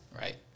Right